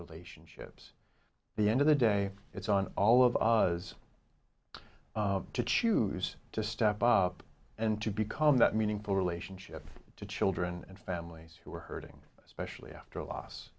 relationships the end of the day it's on all of those to choose to step up and to become that meaningful relationship to children and families who are hurting especially after a loss